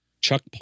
Chuck